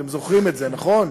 אתם זוכרים את זה, נכון?